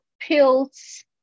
pills